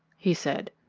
he said.